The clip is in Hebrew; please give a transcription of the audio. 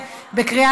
נמנע אחד.